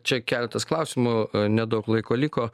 čia keletas klausimų nedaug laiko liko